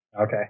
okay